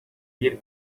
bir